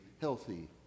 healthy